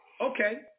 Okay